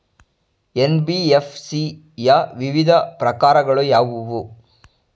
NBFC ಯ ವಿವಿಧ ಪ್ರಕಾರಗಳು ಯಾವುವು?